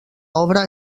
obra